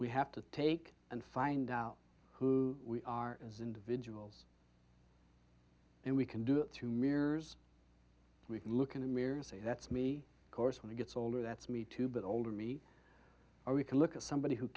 we have to take and find out who we are as individuals and we can do it through mirrors we can look in the mirror and say that's me course when he gets older that's me too but older me or we can look at somebody who